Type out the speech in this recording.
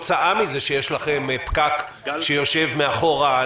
כתוצאה מכך שיש לכם "פקק" שיושב מאחורה,